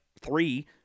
three